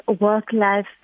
work-life